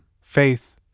faith